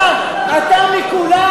אתה, אתה מכולם?